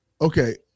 okay